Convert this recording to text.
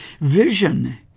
vision